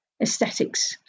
aesthetics